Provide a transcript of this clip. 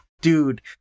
Dude